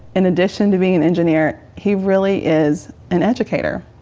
in addition to being an engineer, he really is an educator.